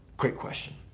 great question.